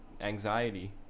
anxiety